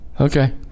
Okay